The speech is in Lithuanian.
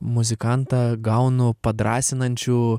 muzikantą gaunu padrąsinančių